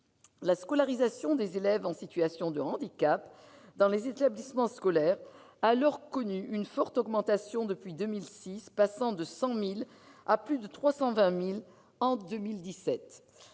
La scolarisation des élèves en situation de handicap dans les établissements scolaires a ainsi connu une forte augmentation de 2006 à 2017, en passant de 100 000 enfants à plus de 320 000 enfants.